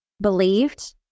believed